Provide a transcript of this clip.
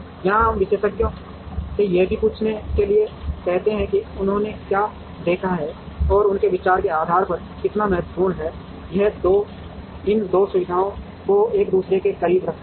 यहां हम विशेषज्ञों से यह पूछने के लिए कहते हैं कि उन्होंने क्या देखा है और उनके विचार के आधार पर कितना महत्वपूर्ण है यह 2 इन 2 सुविधाओं को एक दूसरे के करीब रखता है